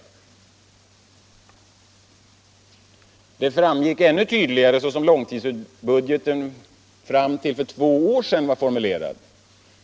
Och det framgick ännu tydligare såsom långtidsbudgeten var formulerad till för två år sedan.